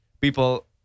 people